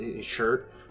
shirt